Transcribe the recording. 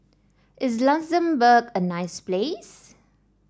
is Luxembourg a nice place